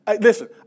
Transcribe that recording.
Listen